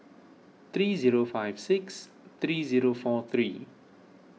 three zero five six three zero four three